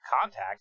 contact